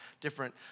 different